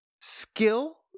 skill